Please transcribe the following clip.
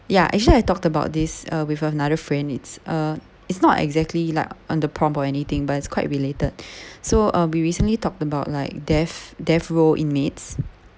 ya actually I talked about this with another friend it's uh it's not exactly like on the prompt or anything but it's quite related so uh we recently talked about like death death row inmates